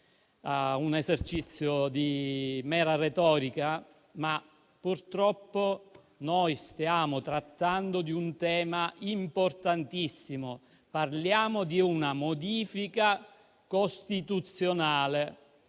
un esercizio di mera retorica. Purtroppo stiamo trattando di un tema importantissimo: parliamo di una modifica costituzionale.